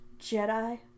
Jedi